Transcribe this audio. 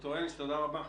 ד"ר אניס, תודה רבה.